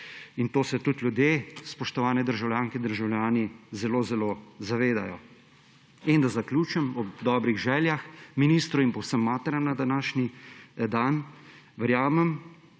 in tega se tudi ljudje, spoštovani državljanke in državljani, zelo zelo zavedajo. In naj zaključim ob dobrih željah ministru pa vsem materam na današnji dan. In če